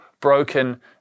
broken